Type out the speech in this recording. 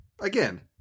Again